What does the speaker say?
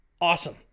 awesome